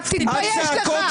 תתבייש לך.